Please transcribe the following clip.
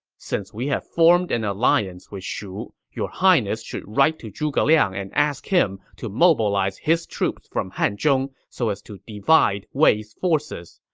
since we have formed an alliance with shu, your highness should write to zhuge liang and ask him to mobilize his troops from hanzhong so as to divide wei's forces.